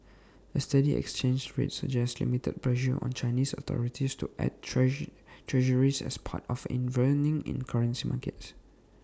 A steady exchange rate suggests limited pressure on Chinese authorities to add treasure Treasuries as part of intervening in currency markets